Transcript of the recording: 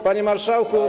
Panie Marszałku!